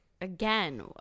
again